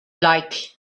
like